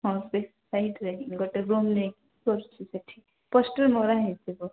ହଁ ସେ ସାଇଟ୍ରେ ଗୋଟେ ରୁମ୍ ନେଇକି କରୁଛି ସେଇଠି ପୋଷ୍ଟର୍ ମରା ହେଇଥିବ